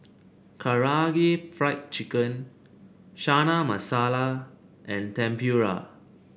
Karaage Fried Chicken Chana Masala and Tempura